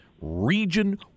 region